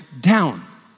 down